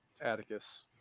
Atticus